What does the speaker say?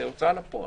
להוצאה לפועל.